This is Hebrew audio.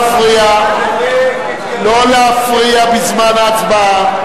לא להפריע, לא להפריע בזמן ההצבעה.